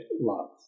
love